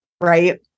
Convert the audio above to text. right